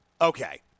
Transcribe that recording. Okay